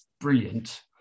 brilliant